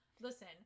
Listen